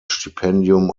stipendium